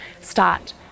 start